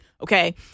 okay